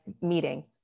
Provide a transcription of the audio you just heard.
meeting